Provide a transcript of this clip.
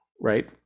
right